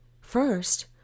First